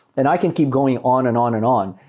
and i can keep going on and on and on.